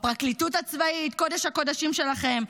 בפרקליטות הצבאית, קודש-הקודשים שלכם.